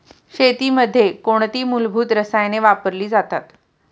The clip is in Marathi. शेतीमध्ये कोणती मूलभूत रसायने वापरली जातात?